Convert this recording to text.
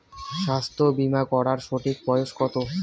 স্বাস্থ্য বীমা করার সঠিক বয়স কত?